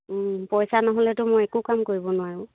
পইছা নহ'লেতো মই একো কাম কৰিব নোৱাৰোঁ